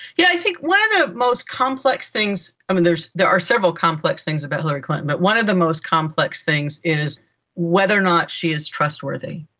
yeah i think one of the most complex things, i mean, there are several complex things about hillary clinton, but one of the most complex things is whether or not she is trustworthy.